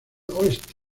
oeste